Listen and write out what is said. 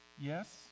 Yes